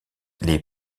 les